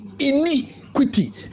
iniquity